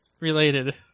Related